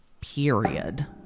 period